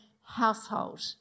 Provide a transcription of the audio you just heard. household